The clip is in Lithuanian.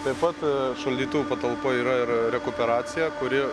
taip pat šaldytuvų patalpoj yra ir rekuperacija kuri